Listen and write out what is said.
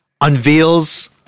unveils